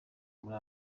muri